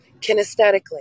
Kinesthetically